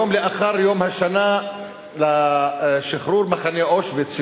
יום לאחר יום השנה לשחרור מחנה אושוויץ,